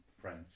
French